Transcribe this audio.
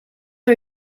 are